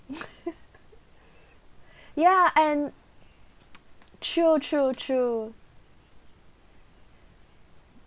ya and true true true